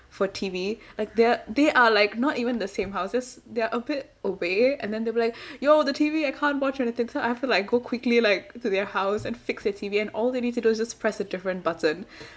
for T_V like they are they are like not even in the same house just they're a bit away and then they'll be like yo the T_V I can't watch anything so I have to like go quickly like to their house and fix their T_V and all they need to do is just press a different button